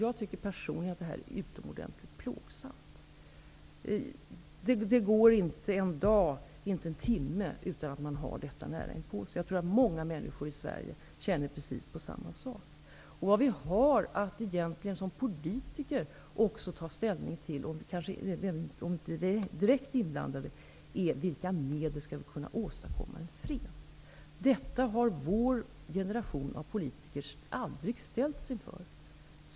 Jag tycker personligen att detta är utomordentligt plågsamt. Det går inte en dag, inte en timme utan att man har detta nära inpå sig. Jag tror att många människor i Sverige känner precis på samma sätt. Vad vi som politiker egentligen också har att ta ställning till, även om vi inte är direkt inblandade, är med vilka medel vi skall kunna åstadkomma en fred. Detta har vår generation av politiker aldrig ställts inför.